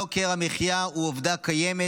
יוקר המחיה הוא עובדה קיימת.